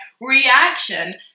reaction